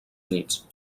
nits